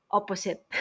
Opposite